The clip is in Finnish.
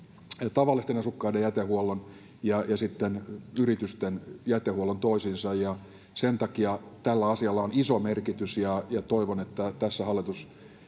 tavallisten asukkaiden jätehuollon ja sitten yritysten jätehuollon toisiinsa sen takia tällä asialla on iso merkitys ja ja toivon että tässä hallitus